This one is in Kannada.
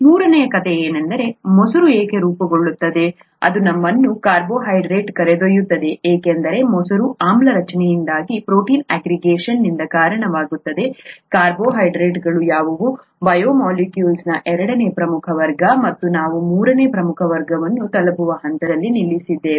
ಮೂರನೆಯ ಕಥೆ ಏನೆಂದರೆ ಮೊಸರು ಏಕೆ ರೂಪುಗೊಳ್ಳುತ್ತದೆ ಅದು ನಮ್ಮನ್ನು ಕಾರ್ಬೋಹೈಡ್ರೇಟ್ಗಳಿಗೆ ಕರೆದೊಯ್ಯುತ್ತದೆ ಏಕೆಂದರೆ ಮೊಸರು ಆಮ್ಲ ರಚನೆಯಿಂದ ಪ್ರೋಟೀನ್ ಆಗ್ರಿಗೇಷನ್ನಿಂದ ಕಾರಣವಾಗುತ್ತದೆ ಕಾರ್ಬೋಹೈಡ್ರೇಟ್ಗಳು ಯಾವುವು ಬಯೋಮಾಲಿಕ್ಯೂಲ್ಸ್ನ ಎರಡನೇ ಪ್ರಮುಖ ವರ್ಗ ಮತ್ತು ನಾವು ಮೂರನೇ ಪ್ರಮುಖ ವರ್ಗವನ್ನು ತಲುಪುವ ಹಂತದಲ್ಲಿ ನಿಲ್ಲಿಸಿದ್ದೇವೆ